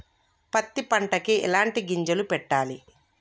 పత్తి పంటకి ఎలాంటి గింజలు పెట్టాలి?